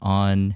on